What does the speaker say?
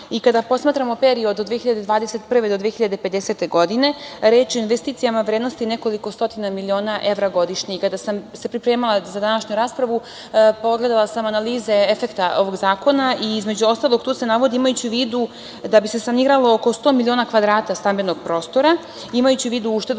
i kada posmatramo period od 2021. do 2050. godine reč je o investicijama vrednosti od nekoliko stotina miliona evra godišnje i kada sam se pripremala za današnju raspravu pogledala sam analize efekta ovog zakona i između ostalog tu se navodi, imajući u vidu, da bi se saniralo oko 100 miliona kvadrata stambenog prostora, imajući u vidu uštedu